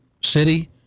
city